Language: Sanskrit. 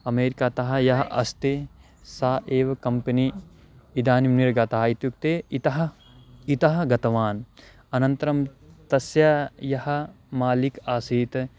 अमेरिकातः यः अस्ति सा एव कम्पनी इदानीं निर्गतः इत्युक्ते इतः इतः गतवान् अनन्तरं तस्य यः मालिक् आसीत्